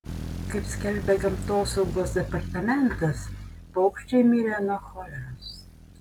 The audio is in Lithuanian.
kaip skelbia gamtosaugos departamentas paukščiai mirė nuo choleros